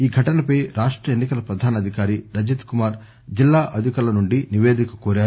ఈ ఘటనపై రాష్ట ఎన్ని కల ప్రధానాధికారి రజత్ కుమార్ జిల్లా అధికారుల నుండి నిపేదిక కోరారు